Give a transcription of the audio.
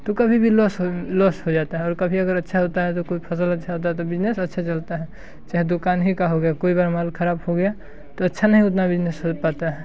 तो कभी भी लौस लौस हो जाता है और कभी अगर अच्छा होता है तो कोई फसल अच्छा होता है तो बिजनेस अच्छा चलता है चाहे दुकान ही का हो गया कोई बार माल ख़राब हो गया तो अच्छा नहीं उतना बिजनेस हो पाता है